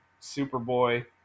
Superboy